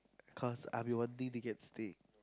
cause I've been wanting to get steak